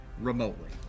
remotely